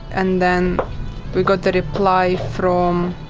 and then we got the reply from